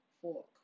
fork